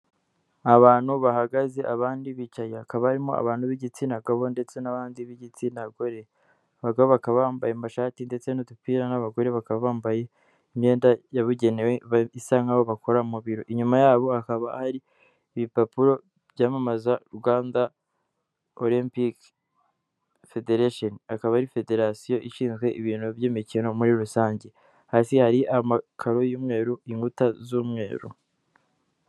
Abantu bahagaze abandi bicaye hakaba barimo abantu b'igitsina gabo ndetse n'abandi b'igitsina gore abagabo bakaba bambaye amashati ndetse n'udupira n'abagore bakaba bambaye imyenda yabugenewe isa nkaho bakora mu biro, inyuma yabo hakaba hari ibipapuro byamamaza Rwanda olempiki federeshoni akaba ari federasiyo ishinzwe ibintu by'imikino muri rusange hasi hari amakaro y'umweru inkuta z'umweru.